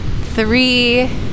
Three